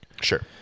Sure